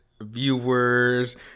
viewers